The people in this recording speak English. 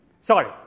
Sorry